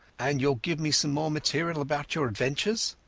and youall give me some more material about your adventures